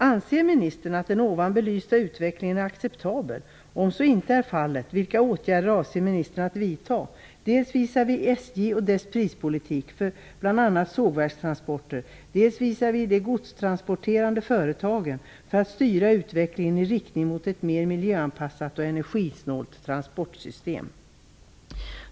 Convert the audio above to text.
Anser ministern att den här redovisade utvecklingen är acceptabel, och, om så inte är fallet, vilka åtgärder avser ministern att vidta dels visavi SJ och dess prispolitik för bl.a. sågverkstransporter, dels visavi de godstransporterande företagen, för att styra utvecklingen i riktning mot ett mer miljöanpassat och energisnålt transportsystem?